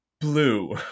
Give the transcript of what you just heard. blue